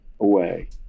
away